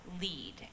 lead